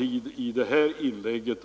efter det.